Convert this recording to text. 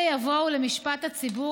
אלה יבואו למשפט הציבור,